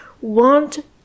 want